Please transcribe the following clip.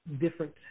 different